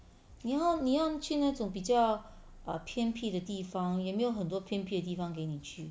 你要你要去那种比较偏僻的地方也没有很多偏僻地方给你去